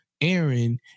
Aaron